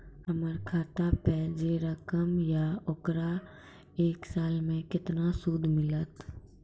हमर खाता पे जे रकम या ओकर एक साल मे केतना सूद मिलत?